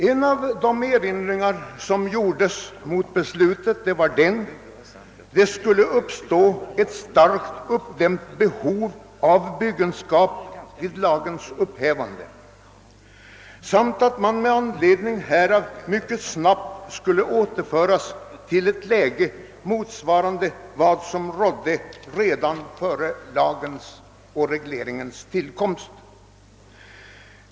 En av de erinringar som gjordes mot beslutet var, att det skulle uppstå ett starkt uppdämt behov av byggen skap vid förordningens upphävande samt att man med anledning därav mycket snabbt skulle återföras till ett läge motsvarande vad som rådde före dess tillkomst.